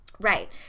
Right